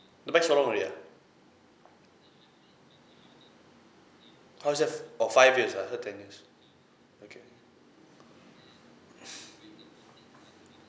the bike so long already ah how is that oh five years I heard ten years